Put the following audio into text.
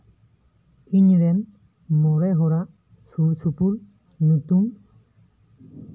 ᱤᱧ ᱨᱮᱱ ᱢᱚᱬᱮ ᱦᱚᱲᱟᱜ ᱥᱩᱨ ᱥᱩᱯᱩᱨ ᱧᱩᱛᱩᱢ